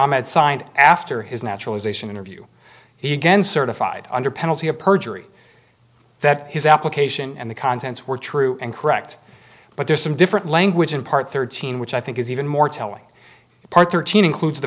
ahmed signed after his naturalization interview he again certified under penalty of perjury that his application and the contents were true and correct but there's some different language in part thirteen which i think is even more telling part thirteen includes the